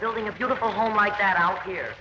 building a beautiful home like that out here